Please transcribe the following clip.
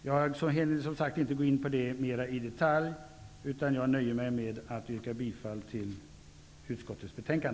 Jag hinner inte gå in på detta mer i detalj. Jag nöjer mig med att yrka bifall till utskottets hemställan.